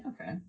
Okay